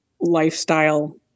lifestyle